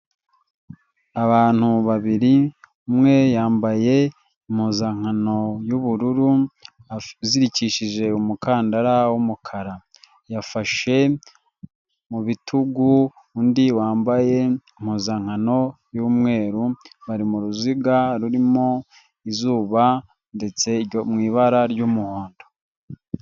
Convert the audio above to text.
Abantu babiri umwe yambaye impuzankano y'ubururu azirikishije umukandara w'umukara, yafashe mu bitugu undi wambaye impuzankano y'umweru bari mu ruziga rurimo izuba ndetse mu ibara ry'umuhondo.